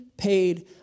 Paid